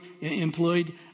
employed